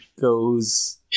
goes